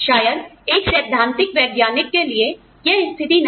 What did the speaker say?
शायद एक सैद्धांतिक वैज्ञानिक के लिए यह स्थिति ना हो